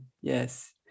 Yes